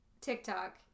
TikTok